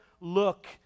look